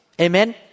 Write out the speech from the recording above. Amen